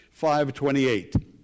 5.28